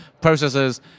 processors